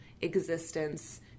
existence